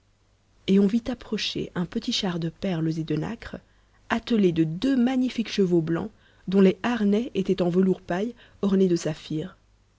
et on vit approcher un petit char de perles et de nacre attelé de deux magnifiques chevaux blancs dont les harnais étaient en velours paille orné de saphirs